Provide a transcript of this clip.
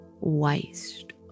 waste